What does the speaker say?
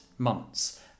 months